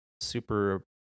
super